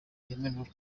yemererwe